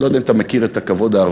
אני לא יודע אם אתה מכיר את הכבוד הערבי.